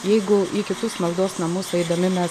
jeigu į kitus maldos namus eidami mes